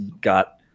got